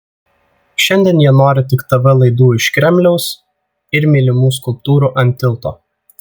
šiandien jie nori tik tv laidų iš kremliaus ir mylimų skulptūrų ant tilto